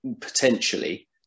potentially